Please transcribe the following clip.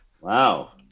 Wow